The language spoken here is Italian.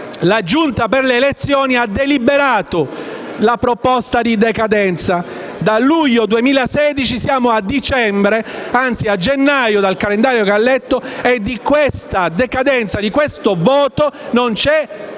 le immunità parlamentari ha deliberato la proposta di decadenza; da luglio 2016 siamo a dicembre (anzi, a gennaio dal calendario che ha letto) e di questa decadenza, di questo voto non c'è traccia.